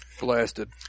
blasted